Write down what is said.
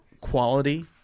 quality